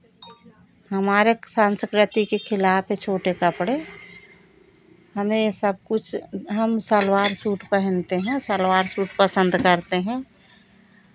हमारे संस्कृति के खिलाफ़ है छोटे कपड़े हमें ये सब कुछ हम सलवार सूट पहनते हैं और सलवार सूट पसंद करते हैं